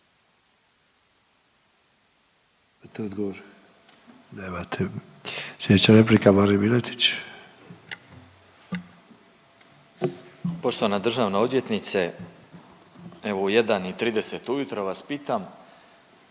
Poštovana državna odvjetnice, evo u 1 i 30 ujutro vas pitam